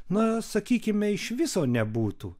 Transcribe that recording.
na sakykime iš viso nebūtų